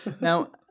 Now